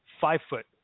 five-foot